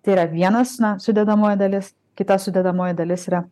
tai yra vienas na sudedamoji dalis kita sudedamoji dalis yra